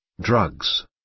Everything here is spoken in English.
drugs